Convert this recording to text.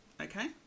okay